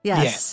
Yes